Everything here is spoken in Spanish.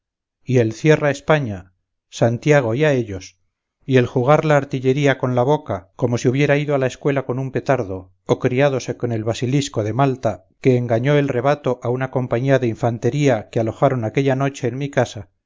y el cierra españa santiago y a ellos y el jugar la artillería con la boca como si hubiera ido a la escuela con un petardo o criádose con el basilisco de malta que engañó el rebato a una compañía de infantería que alojaron aquella noche en mi casa